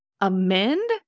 amend